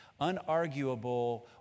unarguable